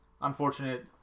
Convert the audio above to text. unfortunate